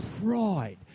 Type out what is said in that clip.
pride